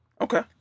Okay